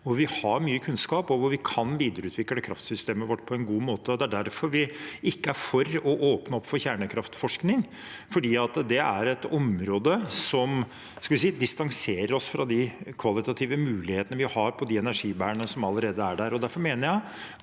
hvor vi har mye kunnskap, og hvor vi kan videreutvikle kraftsystemet vårt på en god måte. Det er derfor vi ikke er for å åpne opp for kjernekraftforskning, fordi det er et område som, skal vi si, distanserer oss fra de kvalitative mulighetene vi har på de energibærerne som allerede er der. Derfor mener jeg